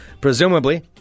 presumably